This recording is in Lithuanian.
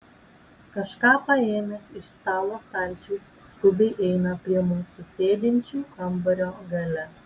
kažką paėmęs iš stalo stalčiaus skubiai eina prie mūsų sėdinčių kambario gale